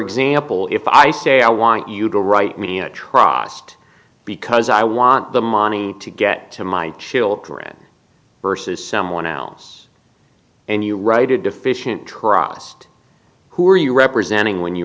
example if i say i want you to write me a tross because i want the money to get to my children versus someone else and you write a deficient trust who are you representing when you